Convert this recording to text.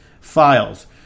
Files